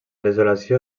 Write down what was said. desolació